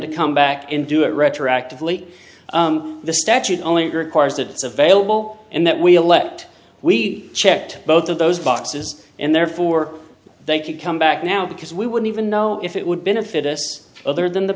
to come back and do it retroactively the statute only require that it's available and that we elect we checked both of those boxes and therefore they could come back now because we would even know if it would benefit us other than the